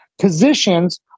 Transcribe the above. positions